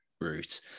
route